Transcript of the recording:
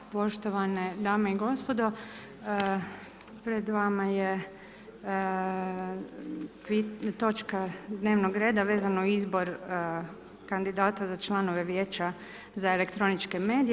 Poštovane dame i gospodo, pred vama je točka dnevnog reda vezano uz izbor kandidata za članove Vijeća za elektroničke medije.